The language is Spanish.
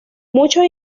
muchos